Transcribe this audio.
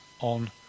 on